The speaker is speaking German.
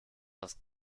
das